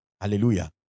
Hallelujah